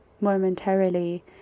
momentarily